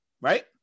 Right